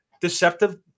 deceptive